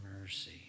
mercy